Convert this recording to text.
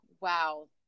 wow